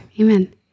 Amen